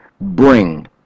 bring